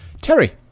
Terry